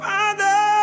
Father